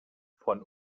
von